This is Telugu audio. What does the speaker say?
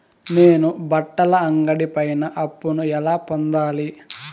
నేను బట్టల అంగడి పైన అప్పును ఎలా పొందాలి?